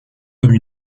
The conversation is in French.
comme